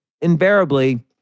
invariably